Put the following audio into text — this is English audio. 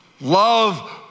Love